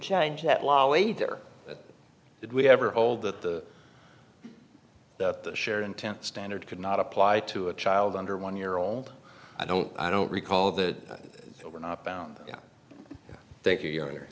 change that law either did we ever hold that the that the share intent standard could not apply to a child under one year old i don't i don't recall that we're not bound thank you